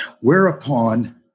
whereupon